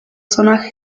zona